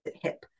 hip